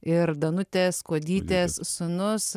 ir danutės kuodytės sūnus